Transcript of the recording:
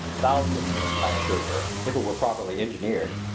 thousands, i assured her, if it were properly engineered.